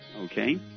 Okay